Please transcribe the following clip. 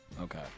Okay